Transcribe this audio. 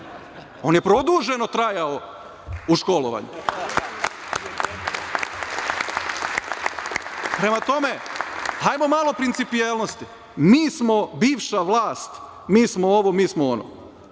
on je produženo trajao u školovanju. Prema tome, ajmo malo principijelnosti. Mi smo bivša vlast, mi smo ovo, mi smo ono,